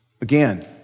Again